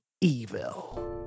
evil